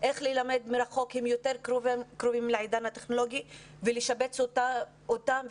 בלימוד מרחוק והם יותר קרובים לעידן הטכנולוגי ונשבץ אותם.